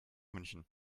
münchen